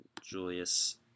Julius